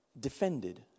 defended